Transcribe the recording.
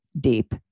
deep